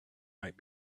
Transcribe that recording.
might